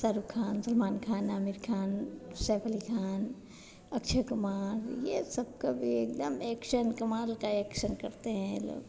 शाहरुख खान सलमान खान आमिर खान सैफ अली खान अक्षय कुमार यह सब का भी एकदम एक्शन कमाल का एक्शन करते हैं ये लोग